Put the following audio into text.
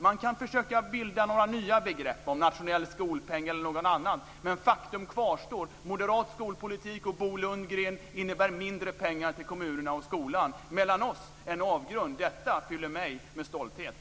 Man kan försöka bilda nya begrepp - nationell skolpeng osv. Faktum kvarstår dock, att moderat skolpolitik och Bo Lundgren innebär mindre pengar till kommunerna och skolan. Mellan oss en avgrund. Detta fyller mig med stolthet.